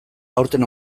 aurten